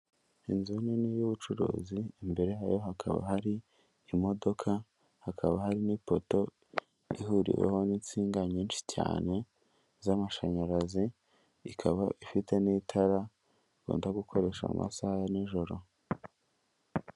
Inzu nini y'ubucuruzi imbere yayo hakaba hari imodoka hakaba hari n'ipoto ihuriweho n'insinga nyinshi cyane z'amashanyarazi ikaba ifite n'itara bakunda gukoresha mu masaha ya nijoro.